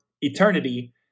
eternity